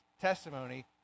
testimony